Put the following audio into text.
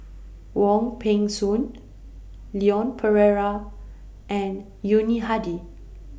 Wong Peng Soon Leon Perera and Yuni Hadi